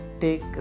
take